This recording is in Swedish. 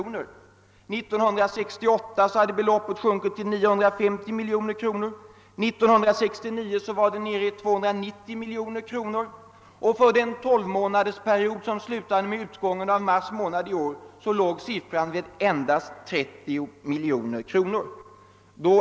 1968 hade beloppet sjunkit till 950 miljoner kronor, 1969 var det nere i 290 miljoner och efter en tolvmånadersperiod som slutade i och med utgången av mars månad i år var siffran endast 30 miljoner kronor.